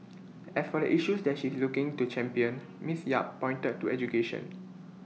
as for issues that she is looking to champion miss yap pointed to education